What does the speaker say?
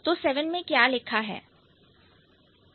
तो 7 में क्या लिखा है